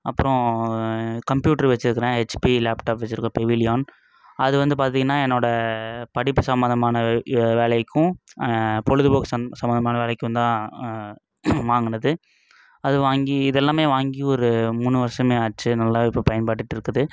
அப்புறோம் கம்ப்யூட்ரு வெச்சு இருக்கிறேன் ஹெச்பி லேப்டாப் வெச்சு இருக்கிறேன் பிவிலியான் அது வந்து பார்த்தீங்கன்னா என்னோடய படிப்பு சமந்தமான வேலைக்கும் பொழுதுபோக் சந் சமந்தமான வேலைக்கும் தான் வாங்கினது அது வாங்கி இதெல்லாமே வாங்கி ஒரு மூணு வருஷமே ஆச்சு நல்ல இப்போ பயன்பட்டுட்டு இருக்குது